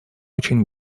очень